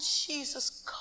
Jesus